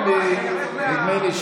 לא, אבל נגמר הזמן, ויש כאן כללים.